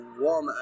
one